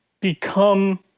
become